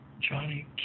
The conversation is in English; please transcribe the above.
Johnny